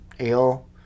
Ale